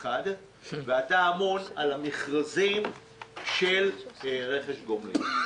ואתה אמון על המכרזים של רכש גומלין.